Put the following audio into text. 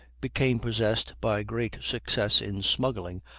became possessed, by great success in smuggling,